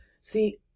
See